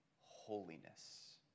holiness